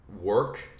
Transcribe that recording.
work